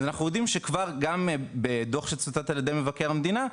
אנחנו יודעים שכבר גם בדוח שצוטט על ידי מבקר המדינה,